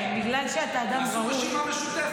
ביחד אתם לא עוברים את אחוז החסימה.